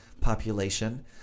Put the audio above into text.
population